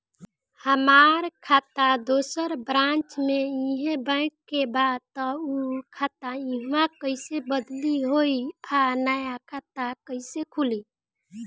हमार खाता दोसर ब्रांच में इहे बैंक के बा त उ खाता इहवा कइसे बदली होई आ नया खाता कइसे खुली?